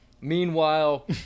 Meanwhile